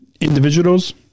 individuals